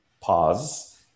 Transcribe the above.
pause